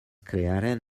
crearen